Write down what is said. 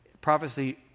prophecy